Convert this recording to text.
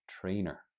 trainer